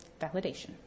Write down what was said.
Validation